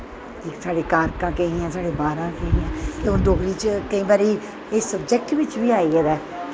एह् साढ़ी कारकां कनेहियां न साढ़ी बारां कनेहियां न हून डोगरी च केईं बारी एह् सबजैक्ट बिच्च बी ऐ आई गेदा ऐ